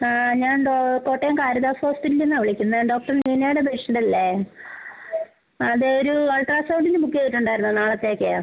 ഞാൻ കോട്ടയം കാരിതാസ് ഹോസ്പിറ്റലിൽ നിന്നാണ് വിളിക്കുന്നത് ഡോക്ടർ നീനയുടെ പേഷ്യൻ്റ് അല്ലേ അതൊരു അൾട്രാ സൗണ്ടിന് ബുക്ക് ചെയ്തിട്ടുണ്ടായിരുന്നു നാളത്തേക്ക്